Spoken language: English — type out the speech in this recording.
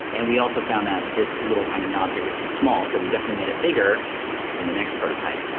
and we also found that this little tiny knob here was too small, so we definitely made it bigger in the next prototype.